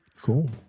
cool